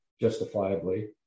justifiably